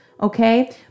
okay